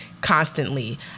constantly